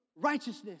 righteousness